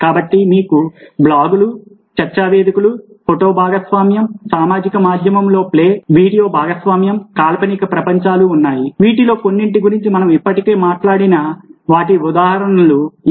కాబట్టి మీకు బ్లాగులు చర్చా వేదికలు ఫోటో భాగస్వామ్యం సామాజిక మాద్యమము లో ప్లే వీడియో భాగస్వామ్యం కాల్పనిక ప్రపంచాలు ఉన్నాయి వీటిలో కొన్నింటి గురించి మనం ఇప్పటికే మాట్లాడిన వాటి ఉదాహరణలు ఇవి